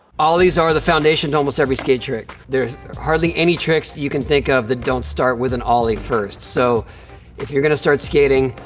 ollies are the foundation to almost every skate trick. there's hardly any tricks you can think of that don't start with an ollie first, so if you're gonna start skating,